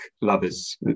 lovers